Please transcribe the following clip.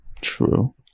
true